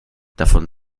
davon